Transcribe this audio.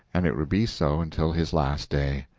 and it would be so until his last day.